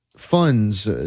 Funds